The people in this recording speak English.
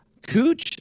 cooch